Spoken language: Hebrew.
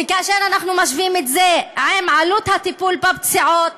וכאשר אנחנו משווים את זה לעלות הטיפול בפציעות,